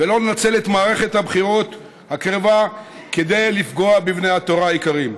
ולא לנצל את מערכת הבחירות הקרבה כדי לפגוע בבני התורה היקרים.